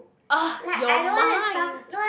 oh your mind